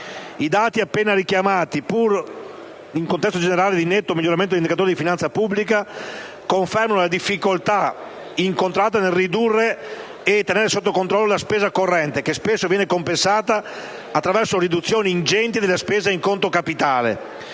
I dati appena richiamati, pur in un contesto generale di netto miglioramento degli indicatori di finanza pubblica, confermano la difficoltà incontrata nel ridurre e tenere sotto controllo la spesa corrente, che spesso viene compensata attraverso riduzioni ingenti delle spese in conto capitale,